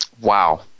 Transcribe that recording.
Wow